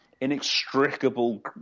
inextricable